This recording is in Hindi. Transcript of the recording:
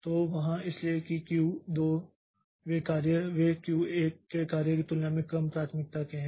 तो वहाँ इसलिए कि क्यू 2 के कार्य वे क्यू 1 के कार्य की तुलना में कम प्राथमिकता के हैं